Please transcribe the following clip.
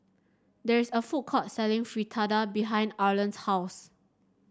there is a food court selling Fritada behind Arland's house